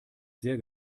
sehr